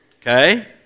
okay